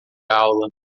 aula